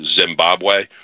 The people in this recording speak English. zimbabwe